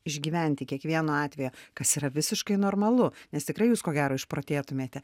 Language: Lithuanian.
išgyventi kiekvieno atvejo kas yra visiškai normalu nes tikrai jūs ko gero išprotėtumėte